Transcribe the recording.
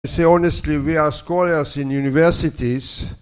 I say honestly we are scholars in universities